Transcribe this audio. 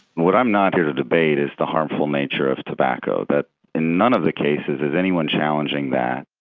what i'm not here to debate is the harmful nature of tobacco. but in none of the cases is anyone challenging that.